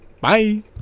Bye